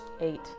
Eight